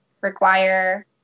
require